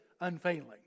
unfailing